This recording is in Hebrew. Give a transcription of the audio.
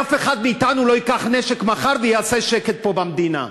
ואף אחד מאתנו לא ייקח נשק מחר ויעשה שקט פה במדינה,